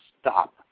stop